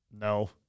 No